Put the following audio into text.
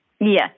Yes